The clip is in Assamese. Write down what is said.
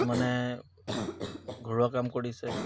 মানে ঘৰুৱা কাম কৰিছে